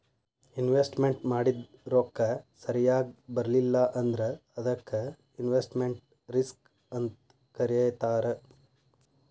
investment ಮಾಡಿದ್ ರೊಕ್ಕ ಸರಿಯಾಗ್ ಬರ್ಲಿಲ್ಲಾ ಅಂದ್ರ ಅದಕ್ಕ ಇನ್ವೆಸ್ಟ್ಮೆಟ್ ರಿಸ್ಕ್ ಅಂತ್ ಕರೇತಾರ